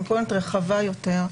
במתכונת רחבה יותר,